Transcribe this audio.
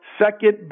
second